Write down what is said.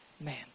man